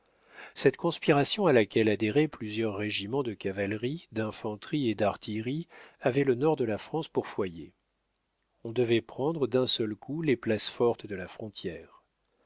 cette conspiration à laquelle adhéraient plusieurs régiments de cavalerie d'infanterie et d'artillerie avait le nord de la france pour foyer on devait prendre d'un seul coup les places fortes de la frontière